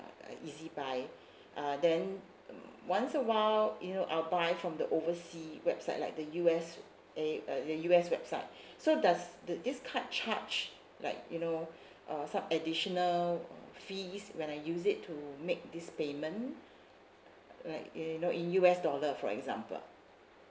uh E Z buy uh then once awhile you know I'll buy from the oversea website like the U_S_A uh the U_S website so does the this card charge like you know uh some additional fees when I use it to make this payment like you know in U_S dollar for example